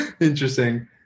interesting